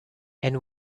and